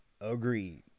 Agreed